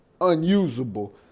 unusable